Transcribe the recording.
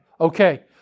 Okay